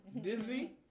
Disney